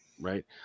right